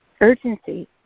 urgency